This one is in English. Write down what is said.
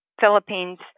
Philippines